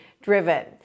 driven